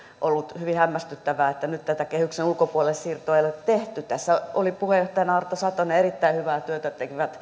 ollut hyvin hämmästyttävää että nyt tätä kehyksen ulkopuolelle siirtoa ei ole tehty tässä oli puheenjohtajana arto satonen ja erittäin hyvää työtä